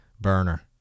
burner